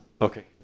Okay